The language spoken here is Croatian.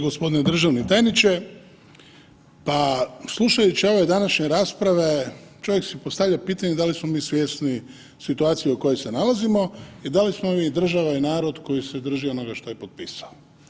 Gospodine državni tajniče, pa slušajući ove današnje rasprave čovjek si postavlja pitanje da li smo mi svjesni situacije u kojoj se nalazimo i da li smo mi država i narod koji se drži onoga šta je potpisao.